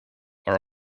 are